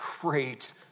great